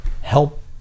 help